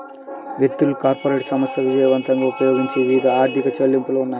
వ్యక్తులు, కార్పొరేట్ సంస్థలు విజయవంతంగా ఉపయోగించే వివిధ ఆర్థిక చెల్లింపులు ఉన్నాయి